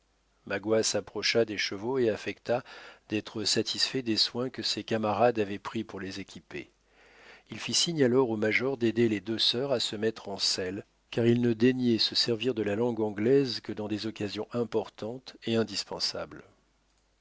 magua s'approcha des chevaux et affecta d'être satisfait des soins que ses camarades avaient pris pour les équiper il fit signe alors au major d'aider les deux sœurs à se mettre en selle car il ne daignait se servir de la langue anglaise que dans les occasions importantes et indispensables